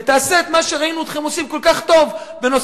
ותעשה את מה שראינו אתכם עושים כל כך טוב בנושאים